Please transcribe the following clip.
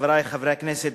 חברי חברי הכנסת,